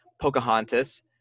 Pocahontas